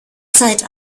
zeit